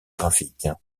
graphiques